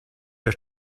your